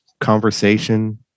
conversation